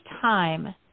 time